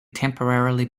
temporarily